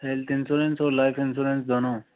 health insurance और life insurance दोनों